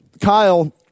Kyle